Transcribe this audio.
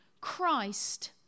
Christ